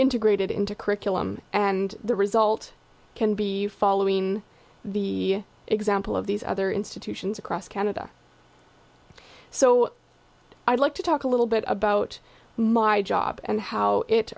integrated into curriculum and the result can be following the example of these other institutions across canada so i'd like to talk a little bit about my job and how it